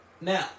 Now